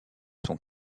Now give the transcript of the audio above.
son